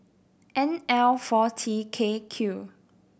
N L four T K Q